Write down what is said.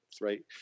right